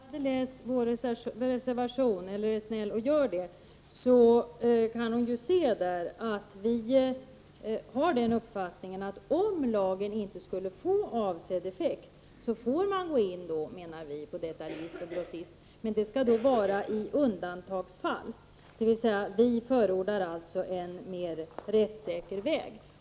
Herr talman! Om Inger Hestvik hade läst vår reservation eller om hon är snäll och gör det så skulle hon där kunna se att vi har uppfattningen att om lagen inte skulle få avsedd effekt får man gå in på detaljist och grossist, men det skall då bara ske i undantagsfall. Vi förordar alltså en mer rättssäker väg.